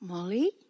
Molly